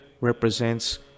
represents